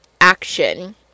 action